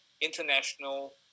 international